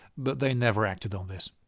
but they never acted on this.